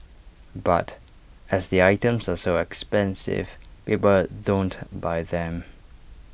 but as the items are so expensive people don't buy them